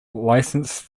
licensed